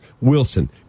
Wilson